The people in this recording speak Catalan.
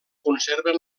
conserven